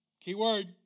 keyword